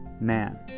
man